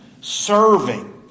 Serving